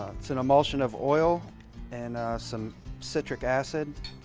it's an emulsion of oil and some citric acid,